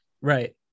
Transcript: Right